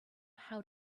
how